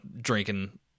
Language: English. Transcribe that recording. drinking